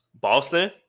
Boston